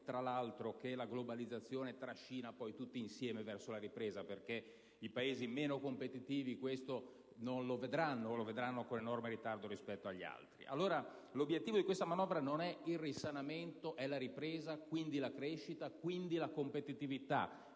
tra l'altro, che la globalizzazione trascina tutti insieme verso la ripresa, perché i Paesi meno competitivi questo non lo vedranno, o lo vedranno con enorme ritardo rispetto agli altri. L'obiettivo di questa manovra non è dunque il risanamento, quindi la ripresa, quindi la crescita, quindi la competitività.